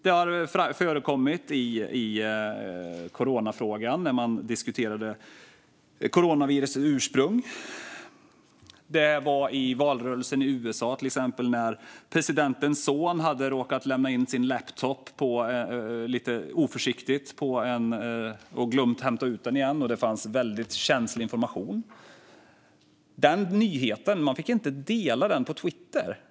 Det har förekommit i coronafrågan, när man diskuterade coronavirusets ursprung. Och i till exempel valrörelsen i USA hade presidentens son lite oförsiktigt lämnat in sin laptop och glömt hämta ut den igen, och där fanns väldigt känslig information. Den nyheten fick man inte dela på Twitter.